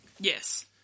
Yes